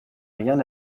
rien